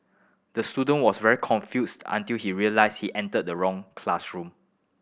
the student was very confused until he realised he entered the wrong classroom